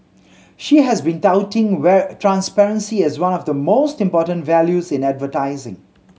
she has been touting transparency as one of the most important values in advertising